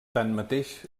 tanmateix